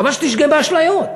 חבל שתשגה באשליות.